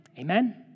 Amen